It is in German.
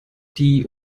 die